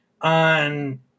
on